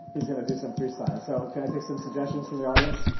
he's gonna, do some pre sign, so can i take some suggestions from the audience?